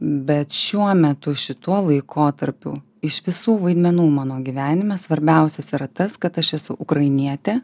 bet šiuo metu šituo laikotarpiu iš visų vaidmenų mano gyvenime svarbiausias yra tas kad aš esu ukrainietė